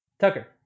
Tucker